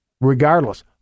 regardless